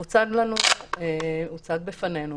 הונחה בפנינו